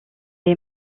est